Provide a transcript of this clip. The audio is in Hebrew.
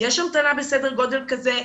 יש המתנה בסדר גודל כזה,